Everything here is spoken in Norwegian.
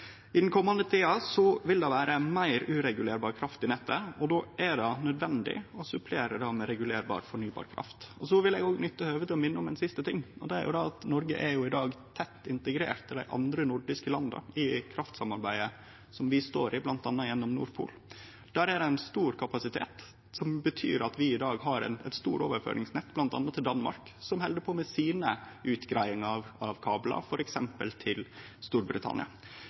I den komande tida vil det vere meir kraft i nettet som ikkje kan regulerast, og då er det nødvendig å supplere med regulerbar fornybar kraft. Eg vil òg nytte høvet til å minne om ein siste ting: Noreg er i dag tett integrert med dei andre nordiske landa i det kraftsamarbeidet vi har, bl.a. gjennom Nord Pool. Det har stor kapasitet, noko som betyr at vi i dag har eit stort overføringsnett, bl.a. til Danmark, som held på med sine utgreiingar av kablar, f.eks. til Storbritannia.